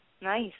Nice